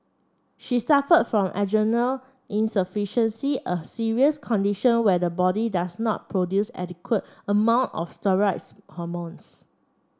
she suffered from adrenal insufficiency a serious condition where the body does not produce adequate amount of steroid hormones